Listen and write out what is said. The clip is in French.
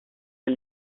les